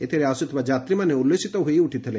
ଏଥିରେ ଆସୁଥିବା ଯାତ୍ରୀ ମାନେ ଉଲୁସିତ ହୋଇ ଉଠିଥିଲେ